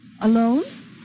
Alone